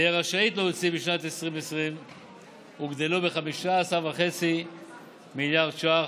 תהא רשאית להוציא בשנת 2020 הוגדלו ב-15.5 מיליארד ש"ח.